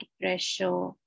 pressure